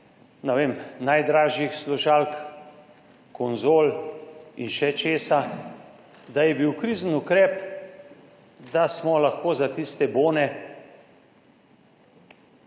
najdražjih slušalk, konzol in še česa, da je bil krizni ukrep, da smo lahko za tiste bone